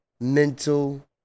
Mental